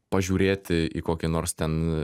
pažiūrėti į kokį nors ten